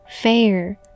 fair